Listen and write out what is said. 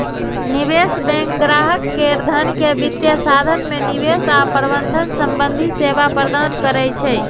निवेश बैंक ग्राहक केर धन के वित्तीय साधन मे निवेश आ प्रबंधन संबंधी सेवा प्रदान करै छै